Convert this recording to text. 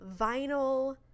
vinyl